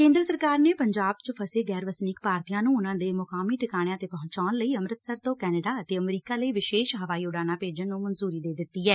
ਕੇਂਦਰ ਸਰਕਾਰ ਨੇ ਪੰਜਾਬ ਚ ਫਸੇ ਗੈਰ ਵਸਨੀਕ ਭਾਰਤੀਆਂ ਨੂੰ ਉਨੂਾਂ ਦੇ ਮੁਕਾਮੀ ਟਿਕਾਣਿਆਂ ਤੇ ਪਹੁੰਚਣ ਲਈ ਅੰਮਿਤਸਰ ਤੋਂ ਕੈਨੇਡਾ ਅਤੇ ਅਮਰੀਕਾ ਲਈ ਵਿਸ਼ੇਸ਼ ਹਵਾਈ ਉਡਾਣਾਂ ਭੇਜਣ ਦੀ ਮਨਜੁਰੀ ਦੇ ਦਿੱਤੀ ਐ